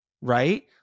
right